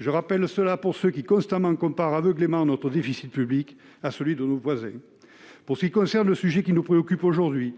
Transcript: ce rappel à l'intention de ceux qui, constamment, comparent aveuglément notre déficit public à celui de nos voisins. Pour ce qui concerne le sujet qui nous occupe aujourd'hui,